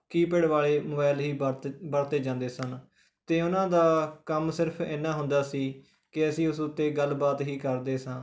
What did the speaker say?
keypad ਵਾਲੇ mobile ਹੀ ਵਰਤ ਵਰਤੇ ਜਾਂਦੇ ਸਨ ਅਤੇ ਉਨ੍ਹਾਂ ਦਾ ਕੰਮ ਸਿਰਫ ਇੰਨਾ ਹੁੰਦਾ ਸੀ ਕਿ ਅਸੀਂ ਉਸ ਉੱਤੇ ਗੱਲਬਾਤ ਹੀ ਕਰਦੇ ਸੀ